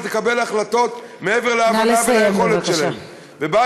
לקבל החלטות מעבר לעבודה וליכולת שלהם.